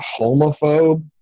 homophobe